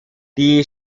die